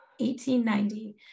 1890